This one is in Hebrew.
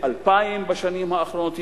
2,000 בשנים האחרונות,